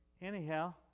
anyhow